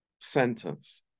sentence